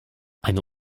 eine